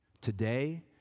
Today